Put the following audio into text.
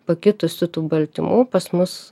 pakitusių tų baltymų pas mus